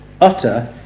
utter